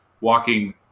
walking